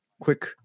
quick